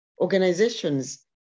Organizations